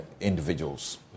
individuals